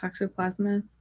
toxoplasma